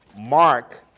Mark